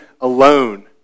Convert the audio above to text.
alone